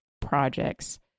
projects